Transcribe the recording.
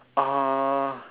uh